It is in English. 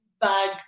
bag